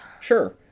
Sure